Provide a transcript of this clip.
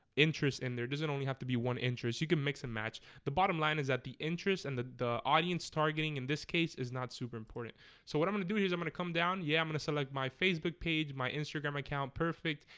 interest in there doesn't only have to be one interest you can mix and match the bottom line is that the interest and the the audience targeting in this case is not super important so what i'm gonna. do is. i'm gonna come down. yeah i'm gonna select my facebook page my instagram account perfect,